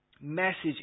message